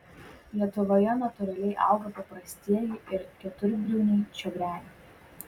lietuvoje natūraliai auga paprastieji ir keturbriauniai čiobreliai